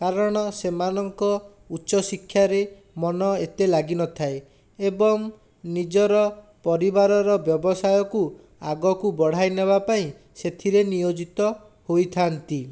କାରଣ ସେମାନଙ୍କ ଉଚ୍ଚ ଶିକ୍ଷାରେ ଏତେ ମନ ଲାଗିନଥାଏ ଏବଂ ନିଜର ପରିବାରର ବ୍ୟବସାୟକୁ ଆଗକୁ ବଢ଼ାଇ ନେବା ପାଇଁ ସେଥିରେ ନିୟୋଜିତ ହୋଇଥାନ୍ତି